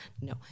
No